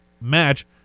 match